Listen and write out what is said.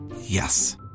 Yes